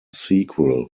sequel